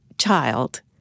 Child